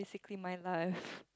basically my life